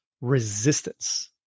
resistance